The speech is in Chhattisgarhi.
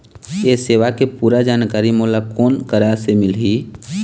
ये सेवा के पूरा जानकारी मोला कोन करा से मिलही?